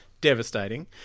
devastating